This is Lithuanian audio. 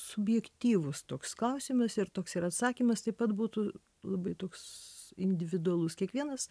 subjektyvus toks klausimas ir toks ir atsakymas taip pat būtų labai toks individualus kiekvienas